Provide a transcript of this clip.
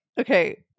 okay